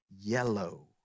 yellow